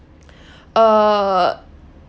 uh